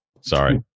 Sorry